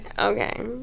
Okay